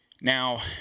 Now